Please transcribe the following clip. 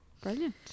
Brilliant